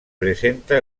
presenta